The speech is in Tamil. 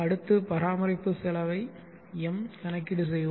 அடுத்து பராமரிப்பு செலவை M கணக்கீடு செய்வோம்